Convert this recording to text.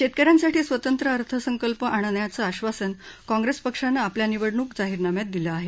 शेतक यांसाठी स्वतंत्र अर्थसंकल्प आणण्याचं आश्वासन काँग्रेस पक्षानं आपल्या निवडणूक जाहीरनाम्यात दिलं आहे